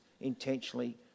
intentionally